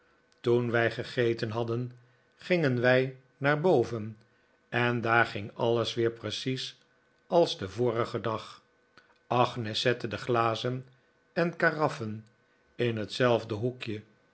toen wij gegeten hadden gingen wij naar boveri en daar ging alles weer precies als den vorigen dag agnes zette de glazen en karaffen in hetzelfde